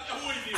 גם הוא הביא אותו.